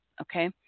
Okay